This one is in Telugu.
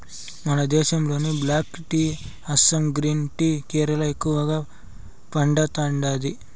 మన దేశంలో black tea Assam green tea Kerala ఎక్కువగా పండతాండాది